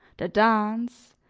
the dance,